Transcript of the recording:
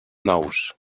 nous